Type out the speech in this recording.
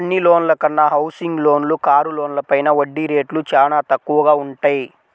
అన్ని లోన్ల కన్నా హౌసింగ్ లోన్లు, కారు లోన్లపైన వడ్డీ రేట్లు చానా తక్కువగా వుంటయ్యి